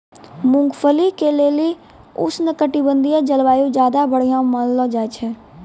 मूंगफली के लेली उष्णकटिबंधिय जलवायु ज्यादा बढ़िया मानलो जाय छै